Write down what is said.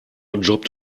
jobbt